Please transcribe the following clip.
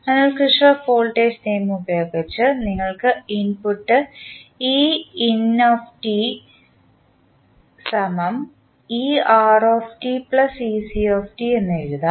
അതിനാൽ Kirchhoff voltage നിയമം ഉപയോഗിച്ച് നിങ്ങൾക്ക് ഇൻപുട്ട് എന്ന് എഴുതാം